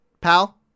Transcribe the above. pal